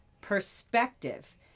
perspective